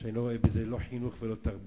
שאני לא רואה בזה לא חינוך ולא תרבות,